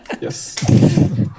Yes